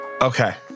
Okay